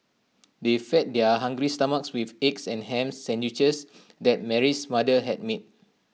they fed their hungry stomachs with the egg and Ham Sandwiches that Mary's mother had made